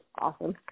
awesome